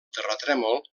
terratrèmol